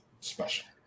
special